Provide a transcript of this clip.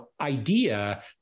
idea